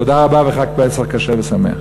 תודה רבה וחג פסח כשר ושמח.